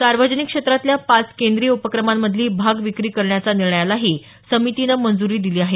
सार्वजनिक क्षेत्रातल्या पाच केंद्रीय उपक्रमांमधली भाग विक्री करण्याच्या निर्णयलाही समितीनं मंजूरी दिली आहे